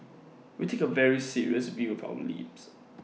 we take A very serious view of the lapse